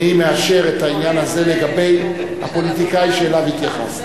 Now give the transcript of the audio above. אני מאשר את העניין הזה לגבי הפוליטיקאי שאליו התייחסת.